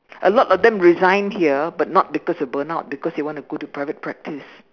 a lot of them resign here but not because of burnout because they want to go to private practice